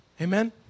amen